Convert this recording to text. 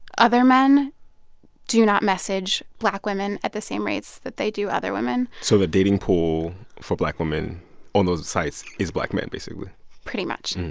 other men do not message black women at the same rates that they do other women so the dating pool for black women on those sites is black men, basically pretty much.